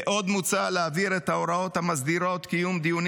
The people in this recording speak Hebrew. עוד מוצע להעביר את ההוראות המסדירות קיום דיונים